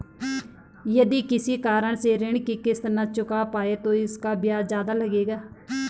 यदि किसी कारण से ऋण की किश्त न चुका पाये तो इसका ब्याज ज़्यादा लगेगा?